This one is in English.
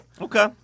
Okay